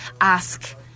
ask